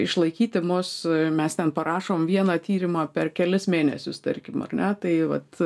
išlaikyti mus mes ten parašom vieną tyrimą per kelis mėnesius tarkim ar ne tai vat